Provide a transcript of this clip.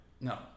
No